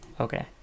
Okay